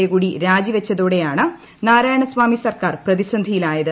A കൂടി രാജി വച്ചതോടെയാണ് നാരായണ സ്വാമി സർക്കാർ പ്രതിസന്ധിയിലായത്